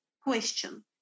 question